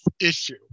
issue